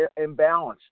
imbalanced